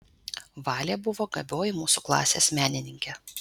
valė buvo gabioji mūsų klasės menininkė